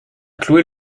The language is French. clouer